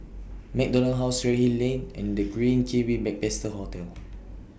MacDonald House Redhill Lane and The Green Kiwi Backpacker Hostel